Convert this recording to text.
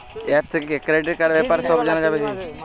App থেকে credit কার্ডর ব্যাপারে সব জানা যাবে কি?